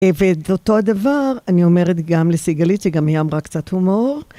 ובאותו הדבר אני אומרת גם לסיגליצי, גם היא אמרה קצת הומור.